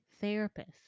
therapist